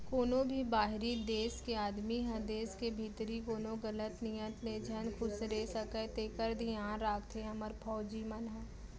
कोनों भी बाहिरी देस के आदमी ह देस के भीतरी कोनो गलत नियत ले झन खुसरे सकय तेकर धियान राखथे हमर फौजी मन ह